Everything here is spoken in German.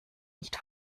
nicht